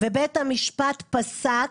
בית המשפט פסק.